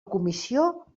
comissió